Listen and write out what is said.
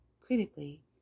critically